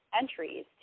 entries